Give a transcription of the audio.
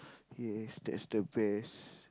yes that's the best